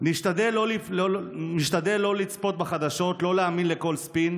"משתדל לא לצפות בחדשות, לא להאמין לכל ספין,